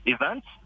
events